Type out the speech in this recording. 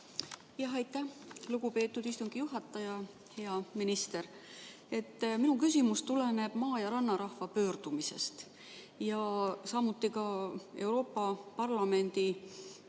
Aitäh, lugupeetud istungi juhataja! Hea minister! Minu küsimus tuleneb maa- ja rannarahva pöördumisest, samuti Euroopa Parlamendi